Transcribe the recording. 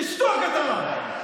יינעל, יינעל, תשתוק אתה.